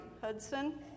Hudson